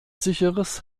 sicheres